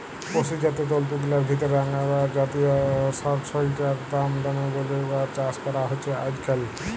পসুজাত তন্তুগিলার ভিতরে আঙগোরা জাতিয় সড়সইড়ার দাম দমে বল্যে ইয়ার চাস করা হছে আইজকাইল